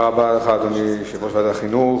אדוני יושב-ראש ועדת החינוך,